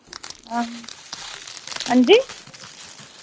हां हां जी